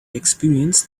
experienced